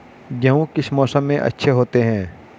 गेहूँ किस मौसम में अच्छे होते हैं?